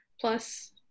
plus